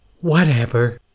Whatever